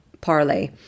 parlay